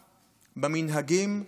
במנהגים,